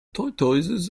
tortoises